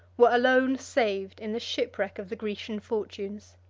were alone saved in the shipwreck of the grecian fortunes.